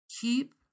keep